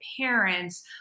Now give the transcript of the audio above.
parents